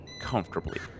comfortably